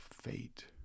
fate